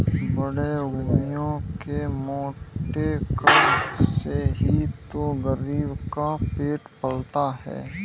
बड़े उद्यमियों के मोटे कर से ही तो गरीब का पेट पलता है